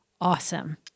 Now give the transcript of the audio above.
awesome